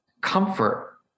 comfort